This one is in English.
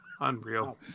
Unreal